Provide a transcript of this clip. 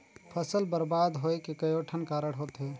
फसल बरबाद होवे के कयोठन कारण होथे